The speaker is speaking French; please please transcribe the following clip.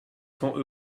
cents